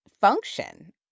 function